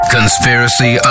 Conspiracy